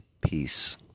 peace